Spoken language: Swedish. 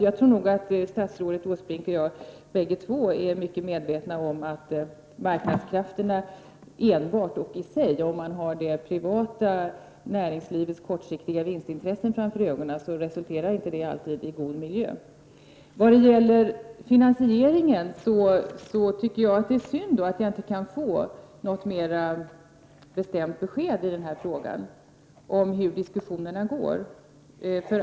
Jag tror nog att statsrådet Åsbrink och jag bägge två är mycket medvetna om att marknadskrafterna enbart och i sig, och om man har det privata näringslivets kortsiktiga vinstintressen för ögonen, inte alltid resulterar i god miljö. Vad gäller finansieringen tycker jag att det är synd att jag inte kan få något mera bestämt besked i frågan om hur diskussionerna går.